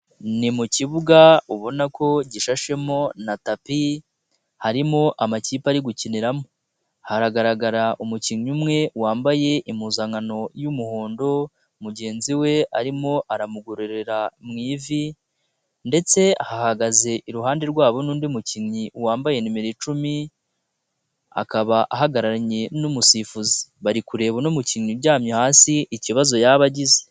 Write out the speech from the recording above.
Ni mu kibuga ubona ko gishashemo na tapi harimo amakipe ari gukiniramo, haragaragara umukinnyi umwe wambaye impuzankano y'umuhondo mugenzi we arimo aramugororera mu ivi ndetse hahagaze iruhande rwabo n'undi mukinnyi wambaye nimero icumi akaba ahagararanye n'umusifuzi, bari kureba uno mukinnyi uryamye hasi ikibazo yaba agize.